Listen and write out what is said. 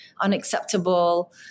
unacceptable